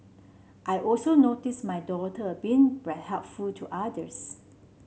I also notice my daughter being to others